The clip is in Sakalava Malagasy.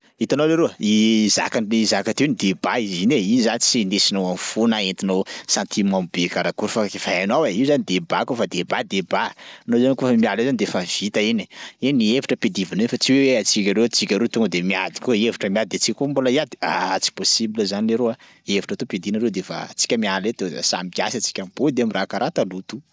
Hitanao leroa, zakan'le zaka teo iny débat izy iny e, i zany tsy ndesinao am'fo na entinao sentiment be karakôry fa efa hainao e, io zany débat kaofa débat débat, anao zany kaofa miala eo zany de fa vita iny e. He ny hevitra ampiadivina eo fa tsy hoe atsika roa tsika roa tonga de miady ko hevitra miady de antsika koa mbola hiady? Aah tsy possible zany leroa hesivatra to ampiadiana ro de fa tsika miala eto samy kiasy tsika mipody am'raha karaha taloha to.